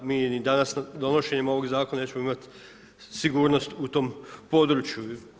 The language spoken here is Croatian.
Mi ni danas donošenjem ovog zakona nećemo imati sigurnost u tom području.